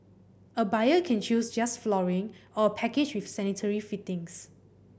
a buyer can choose just flooring or a package with sanitary fittings